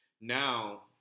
Now